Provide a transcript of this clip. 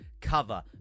cover